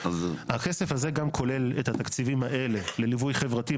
הכסף הזה גם כולל את התקציבים האלה לליווי חברתי,